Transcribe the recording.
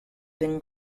been